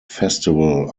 festival